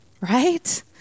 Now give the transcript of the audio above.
right